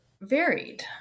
varied